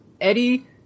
Eddie